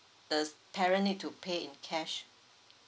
the parent need to pay in cash